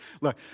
Look